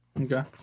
Okay